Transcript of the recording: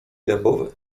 dębowy